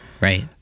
right